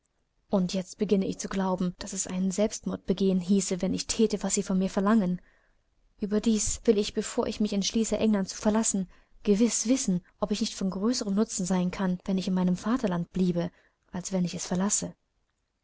und jetzt beginne ich zu glauben daß es einen selbstmord begehen hieße wen ich thäte was sie von mir verlangen überdies will ich bevor ich mich entschließe england zu verlassen gewiß wissen ob ich nicht von größerem nutzen sein kann wenn ich in meinem vaterlande bliebe als wenn ich es verlasse